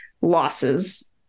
losses